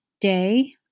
day